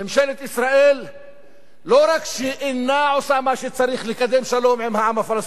ממשלת ישראל לא רק שאינה עושה מה שצריך לקדם שלום עם העם הפלסטיני,